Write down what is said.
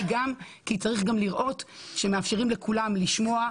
גם כי צריך לראות שמאפשרים לכולם לשמוע,